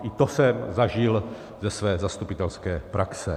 I to jsem zažil ze své zastupitelské praxe.